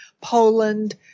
Poland